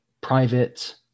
private